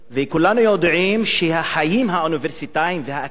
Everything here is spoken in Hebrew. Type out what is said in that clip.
וכולנו יודעים שהחיים האוניברסיטאיים והאקדמיים